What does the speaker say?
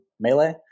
melee